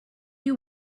you